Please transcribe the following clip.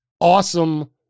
Awesome